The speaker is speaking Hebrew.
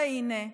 והינה,